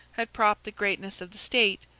had propped the greatness of the state,